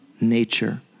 nature